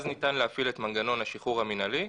אז ניתן להפעיל את מנגנון השחרור המינהלי,